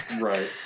right